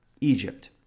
egypt